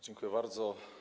Dziękuję bardzo.